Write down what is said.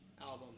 album